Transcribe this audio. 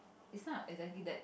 is not a exactly date